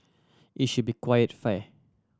it should be quite fair